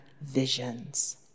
visions